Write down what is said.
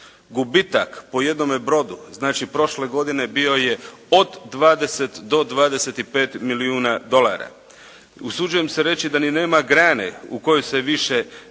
Gubitak po jednome brodu znači prošle godine bio je od 20 do 25 milijuna dolara. Usuđujem se reći da ni nema grane u kojoj se više neću